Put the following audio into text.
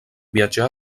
viatjà